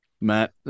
Matt